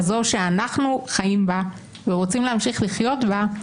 כזו שאנחנו חיים בה ורוצים להמשיך לחיות בה,